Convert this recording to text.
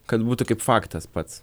kad būtų kaip faktas pats